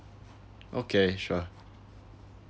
okay sure